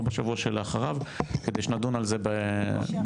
בשבוע שלאחריו כדי שנדון על זה בהרחבה,